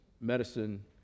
Medicine